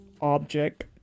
object